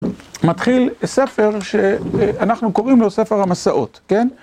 מתחיל ספר שאנחנו קוראים לו ספר המסעות, כן?